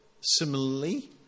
similarly